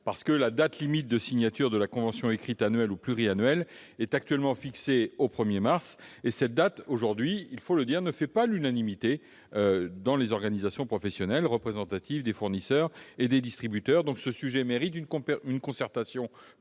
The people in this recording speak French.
La date limite de signature de la convention écrite annuelle ou pluriannuelle est actuellement fixée au 1 mars. Cette date, il faut le dire, ne fait pas l'unanimité au sein des organisations professionnelles représentatives des fournisseurs et des distributeurs. Ce sujet mérite donc une concertation